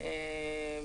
לפני למעלה מעשר שנים,